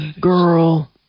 Girl